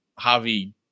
Javi